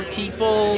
people